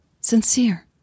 sincere